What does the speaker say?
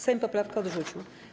Sejm poprawkę odrzucił.